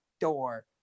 door